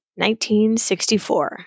1964